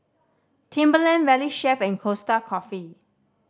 Timberland Valley Chef and Costa Coffee